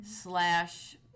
slash